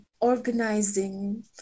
Organizing